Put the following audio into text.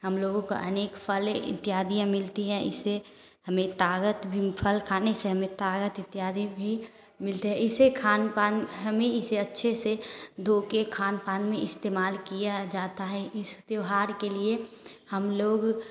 हम लोगों को अनेक फ़ले इत्यादियाँ मिलती हैं इससे हमें ताकत भी फल खाने से हमें ताकत इत्यादि भी मिलते है इसे खान पान हमें इसे अच्छे से धो के खान पान में इस्तेमाल किया जाता है इस त्यौहार के लिए हम लोग